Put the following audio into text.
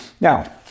Now